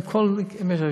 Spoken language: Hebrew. עם כל אשדוד,